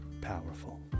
powerful